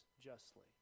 justly